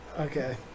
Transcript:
Okay